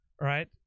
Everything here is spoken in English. right